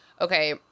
Okay